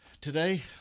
Today